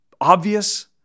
obvious